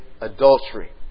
adultery